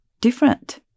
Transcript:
different